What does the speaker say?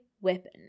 weapon